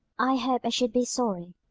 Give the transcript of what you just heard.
i hope i should be sorry.